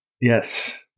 Yes